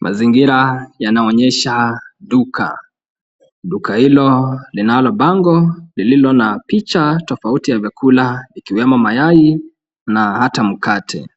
Mazingira yanaonyesha duka. Duka hilo linalo bango lililo na picha tofauti ya vyakula ikiwemo mayai na hata mkate.